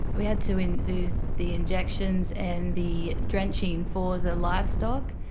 we had to and do the injections and the drenching for the livestock.